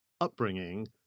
upbringing